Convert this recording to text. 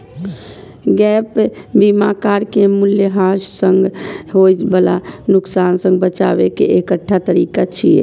gap बीमा car के मूल्यह्रास सं होय बला नुकसान सं बचाबै के एकटा तरीका छियै